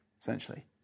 essentially